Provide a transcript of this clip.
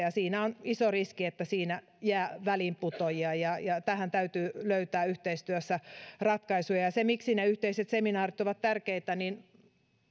siinä on iso riski että siinä jää väliinputoajia ja ja tähän täytyy löytää yhteistyössä ratkaisu siitä miksi ne yhteiset seminaarit ovat tärkeitä